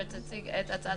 אני סוגר את הדיון,